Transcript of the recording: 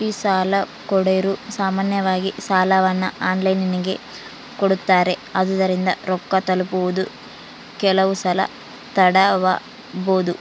ಈ ಸಾಲಕೊಡೊರು ಸಾಮಾನ್ಯವಾಗಿ ಸಾಲವನ್ನ ಆನ್ಲೈನಿನಗೆ ಕೊಡುತ್ತಾರೆ, ಆದುದರಿಂದ ರೊಕ್ಕ ತಲುಪುವುದು ಕೆಲವುಸಲ ತಡವಾಬೊದು